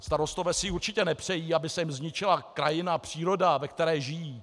Starostové si určitě nepřejí, aby se jim zničila krajina, příroda, ve které žijí.